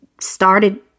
started